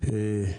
שמתעוררים